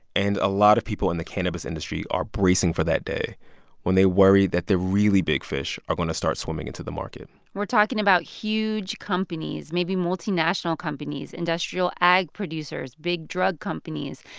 and a lot of people in the cannabis industry are bracing for that day when they worry that the really big fish are going to start swimming into the market we're talking about huge companies, maybe multinational companies, industrial ag producers, big drug companies.